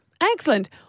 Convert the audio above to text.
excellent